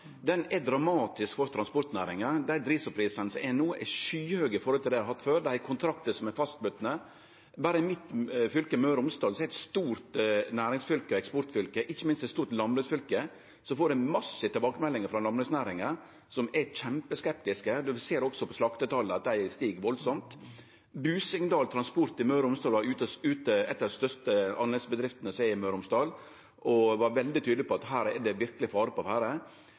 forhold til kva dei har hatt før, og dei har kontraktar som er fastbundne. Berre i mitt fylke, Møre og Romsdal, som er eit stort næringsfylke, eksportfylke og ikkje minst landbruksfylke, får ein massive tilbakemeldingar frå landbruksnæringa som er kjempeskeptiske. Ein ser også at slaktetalla stig enormt. Busengdal Transport, ei av dei største anleggsbedriftene i Møre og Romsdal, var ute og var veldig tydelege på at det verkeleg er fare på ferde her. Det aller viktigaste no er